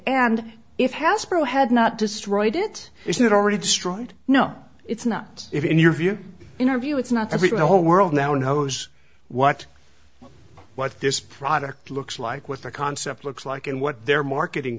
hasbro had not destroyed it isn't it already destroyed no it's not if in your view in our view it's not every whole world now knows what what this product looks like with the concept looks like and what their marketing